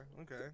Okay